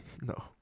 no